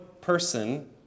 person